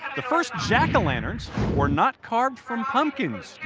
the first jack lanterns were not carved from pumpkins.